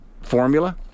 formula